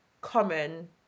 common